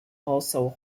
also